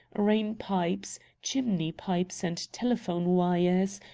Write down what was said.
rain-pipes, chimney-pipes, and telephone wires,